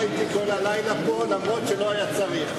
אתי כל הלילה פה אף-על-פי שלא היה צריך.